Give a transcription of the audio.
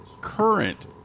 current